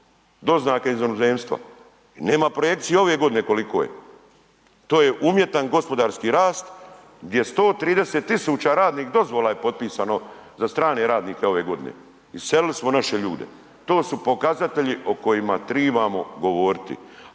doznaka iz inozemstva. Nema projekcije ove godine koliko je. To je umjetan gospodarski rast gdje 130 tisuća radnih dozvola je potpisano za strane radnike ove godine. Iselili smo naše ljude, to su pokazatelji o kojima trebamo govoriti.